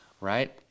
right